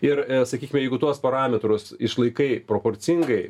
ir sakykime jeigu tuos parametrus išlaikai proporcingai